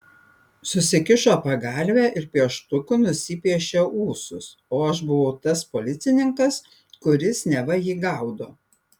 susikišo pagalvę ir pieštuku nusipiešė ūsus o aš buvau tas policininkas kuris neva jį gaudo